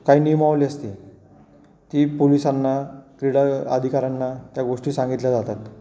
काही नियमावली असते ती पोलिसांना क्रीडा अधिकाऱ्यांना त्या गोष्टी सांगितल्या जातात